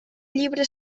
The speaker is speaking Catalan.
llibre